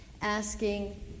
asking